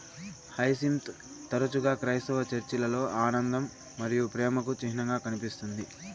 hyacinth తరచుగా క్రైస్తవ చర్చిలలో ఆనందం మరియు ప్రేమకు చిహ్నంగా కనిపిస్తుంది